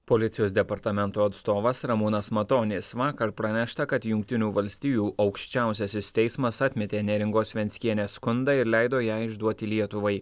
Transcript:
policijos departamento atstovas ramūnas matonis vakar pranešta kad jungtinių valstijų aukščiausiasis teismas atmetė neringos venckienės skundą ir leido ją išduoti lietuvai